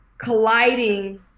colliding